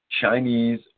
Chinese